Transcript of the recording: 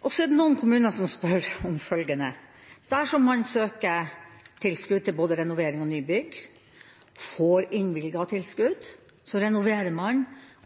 er også noen kommuner som spør om følgende: Dersom man søker tilskudd til både renovering og nybygg, får innvilget tilskudd, renoverer,